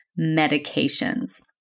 medications